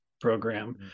program